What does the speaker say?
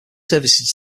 services